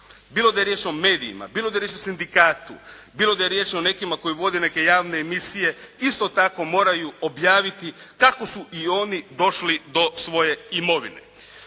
bilo da je riječ o medijima, bilo da je riječ o sindikatu, bilo da je riječ o nekima koji vode neke javne emisije isto tako moraju objaviti kako su i oni došli do svoje imovine.